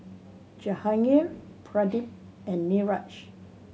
Jahangir Pradip and Niraj